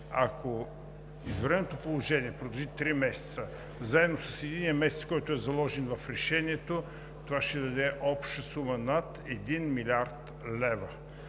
Ако извънредното положение продължи три месеца, заедно с единия месец, който е заложен в Решението, това ще даде обща сума над 1 млрд. лв.